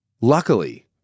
Luckily